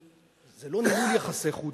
זה לא ניהול יחסי חוץ,